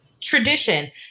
tradition